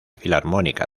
filarmónica